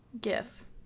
gif